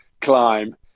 climb